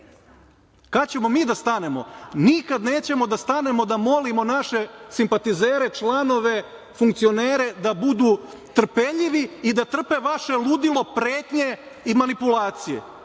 ćemo mi da stanemo? Nikada nećemo da stanemo da molimo naše simpatizere, članove, funkcionere da budu trpeljivi i da trpe vaše ludilo, pretnje i manipulacije,